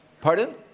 pardon